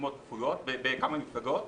התמודדו בכמה מפלגות,